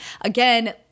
Again